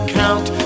count